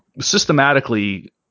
systematically